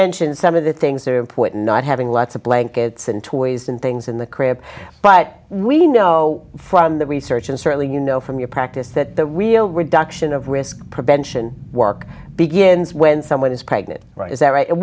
mentioned some of the things that are important not having lots of blankets and toys and things in the crib but we know from the research and certainly you know from your practice that the real reduction of risk prevention work begins when someone is pregnant right is that right